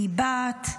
היא בת,